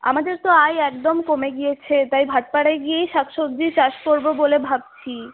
আমাদের তো আয় একদম কমে গিয়েছে তাই ভাটপাড়ায় গিয়েই শাকসবজি চাষ করব বলে ভাবছি